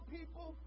people